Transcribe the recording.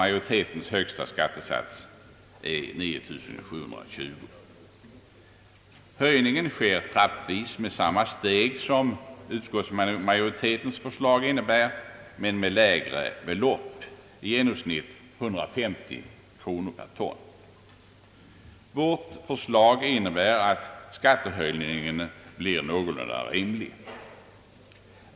Majoritetens högsta skattesats är 9 720 kronor, Höjningen sker i reservanternas skalor etappvis med samma steg som i utskottsmajoritetens förslag men med lägre belopp, i genomsnitt 150 kronor per ton. Vårt förslag innebär att skattehöjningen blir någorlunda rimlig.